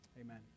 Amen